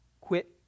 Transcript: quit